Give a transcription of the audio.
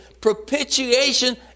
propitiation